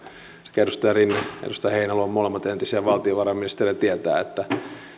varsinkin edustaja rinne edustaja heinäluoma molemmat entisiä valtiovarainministereitä tietävät että